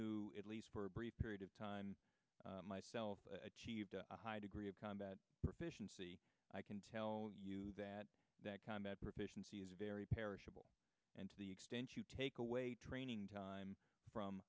who at least for a brief period of time myself achieved a high degree of combat proficiency i can tell you that that combat proficiency is very perishable and to the extent you take away training time from